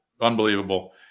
Unbelievable